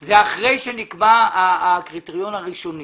זה אחרי שנקבע הקריטריון הראשוני